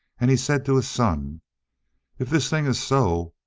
and he said to his son if this thing is so,